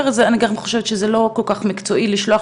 ואני גם חושבת שזה לא כל כך מקצועי לשלוח